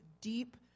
deep